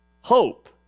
hope